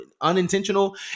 unintentional